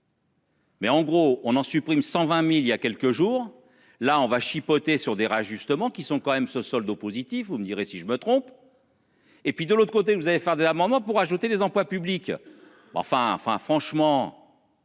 Mais en gros on en supprime 120.000 il y a quelques jours là on va chipoter sur des justement qui sont quand même se solde au positif. Vous me direz si je me trompe.-- Et puis de l'autre côté vous avez enfin de l'amendement pour ajouter des emplois publics. Enfin enfin franchement.